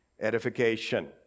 edification